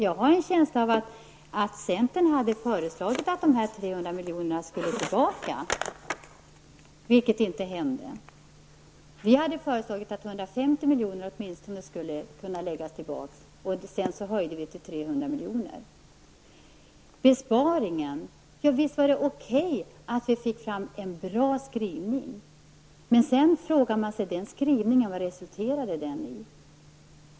Jag har ett minne av att centern hade föreslagit att dessa 300 milj.kr. skulle gå tillbaka, något som inte blev fallet. Vi hade föreslagit att åtminstone 150 milj.kr. skulle kunna fås tillbaka. Sedan höjde vi detta till 300 milj.kr. Visst var det okej att vi fick fram en bra skrivning. Men sedan kan man fråga sig vad denna skrivning resulterade i.